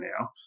now